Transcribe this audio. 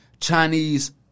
Chinese